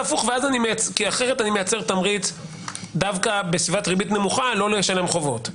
כי אחרת אני מייצר תמריץ דווקא בסביבת ריבית נמוכה שלא לשלם חובות.